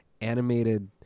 animated